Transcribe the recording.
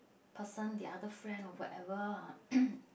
person the other friend or whatever uh